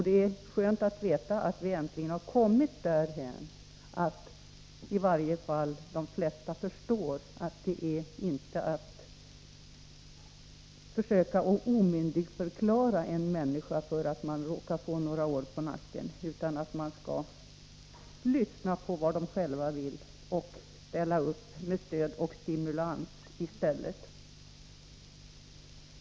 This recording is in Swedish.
Det är skönt att veta att vi äntligen har kommit därhän att de flesta i varje fall förstår att man inte skall försöka omyndigförklara en människa därför att hon råkat få några år på nacken. I stället skall vi lyssna på vad de äldre själva vill och ställa upp med stöd och stimulans.